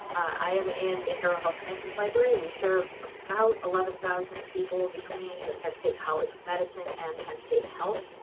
i am in the harrell health sciences library. we serve about eleven thousand people between the penn state college of medicine and penn state health.